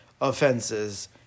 offenses